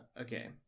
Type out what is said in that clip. Okay